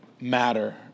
matter